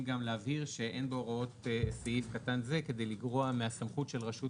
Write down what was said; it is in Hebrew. להבהיר שאין בהוראות סעיף קטן זה כדי לגרוע מהסמכות של רשות